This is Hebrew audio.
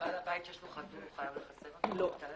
בעל בית שיש לו חתול חייב לחסן אותו נגד כלבת?